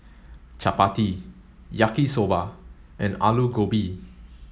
Chapati Yaki soba and Alu Gobi